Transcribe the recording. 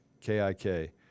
K-I-K